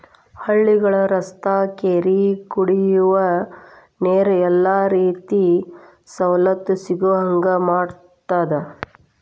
ಹಳ್ಳಿಗಳ ರಸ್ತಾ ಕೆರಿ ಕುಡಿಯುವ ನೇರ ಎಲ್ಲಾ ರೇತಿ ಸವಲತ್ತು ಸಿಗುಹಂಗ ಮಾಡುದ